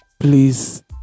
Please